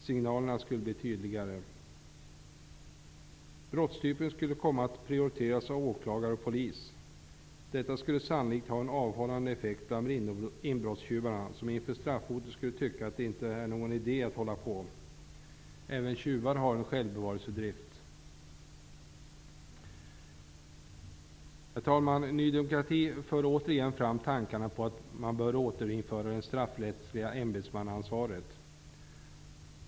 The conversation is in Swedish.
Signalerna skulle bli tydligare. Brottstypen skulle komma att prioriteras av åklagare och polis. Detta skulle sannolikt ha en avhållande effekt bland inbrottstjuvarna, som inför straffhotet skulle tycka att det inte är någon idé att hålla på. Även tjuvar har en självbevarelsedrift. Herr talman! Ny demokrati för återigen fram tankarna på att man bör återinföra det straffrättsliga ämbetsmannaansvaret.